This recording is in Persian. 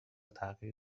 تغییر